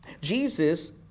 Jesus